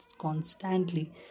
Constantly